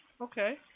Okay